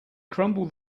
crumble